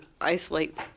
isolate